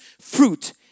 fruit